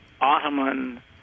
Ottoman